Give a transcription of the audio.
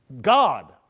God